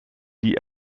die